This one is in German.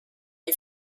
die